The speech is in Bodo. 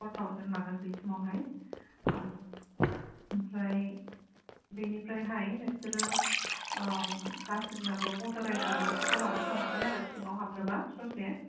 फर थाउजेन्ड लागोन बिसिमाव हाय ओमफ्राय बिनिफ्राय हाय नोंसोरो गासैनाबो भतार आइडि बेफोरखौ लाबोखानांगोन आरो सिङाव हाबनोबा ससे